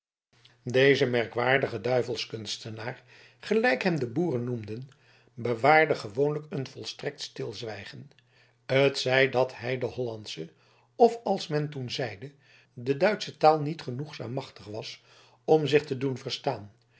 deze merkwaardige duivelskunstenaar gelijk hem de boeren noemden bewaarde gewoonlijk een volstrekt stilzwijgen t zij dat hij de hollandsche of als men toen zeide de duitsche taal niet genoegzaam machtig was om zich te doen verstaan